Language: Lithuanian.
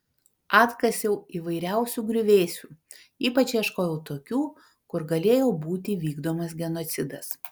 atkasiau įvairiausių griuvėsių ypač ieškojau tokių kur galėjo būti vykdomas genocidas